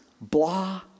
blah